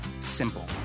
Simple